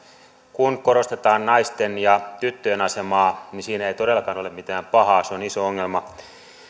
kun korostetaan naisten ja tyttöjen asemaa niin siinä ei todellakaan ole mitään pahaa se on iso ongelma